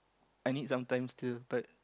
I need some time still but